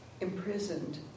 imprisoned